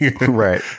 right